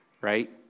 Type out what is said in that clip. right